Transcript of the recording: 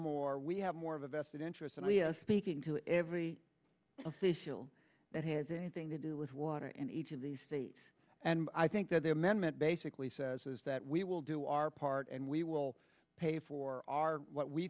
more we have more of a vested interest and the speaking to every official that has anything to do with water and each of the states and i think that the amendment basically says is that we will do our part and we will pay for our what we